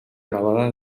gravada